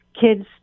kids